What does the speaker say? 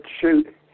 shoot